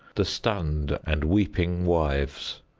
the stunned and weeping wives,